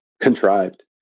contrived